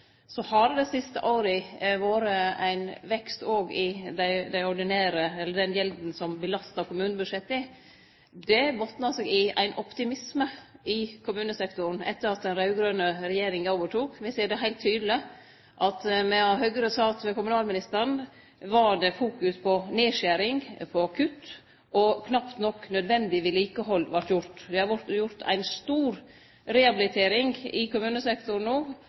har det dei siste åra vore ein vekst òg i den gjelda som belastar kommunebudsjetta. Det botnar i ein optimisme i kommunesektoren etter at den raud-grøne regjeringa overtok. Me ser det heilt tydeleg: Medan Høgre sat med kommunalministeren, var det fokus på nedskjering og kutt, og knapt nok nødvendig vedlikehald vart gjort. Me har hatt ei stor rehabilitering i kommunesektoren